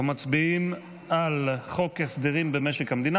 אנחנו מצביעים על חוק הסדרים במשק המדינה